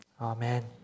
amen